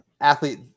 athlete